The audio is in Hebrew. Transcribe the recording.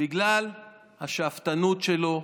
בגלל השאפתנות שלו,